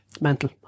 Mental